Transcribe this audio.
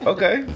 Okay